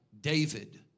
David